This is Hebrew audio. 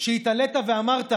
שהתעלית ואמרת: